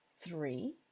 three